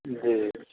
جی